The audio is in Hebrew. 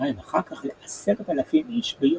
ויומיים אחר-כך ל-10,000 איש ביום.